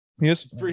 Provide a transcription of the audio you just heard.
yes